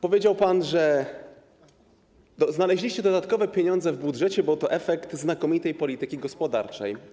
Powiedział pan, że znaleźliście dodatkowe pieniądze w budżecie, że to efekt znakomitej polityki gospodarczej.